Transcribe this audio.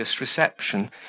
reception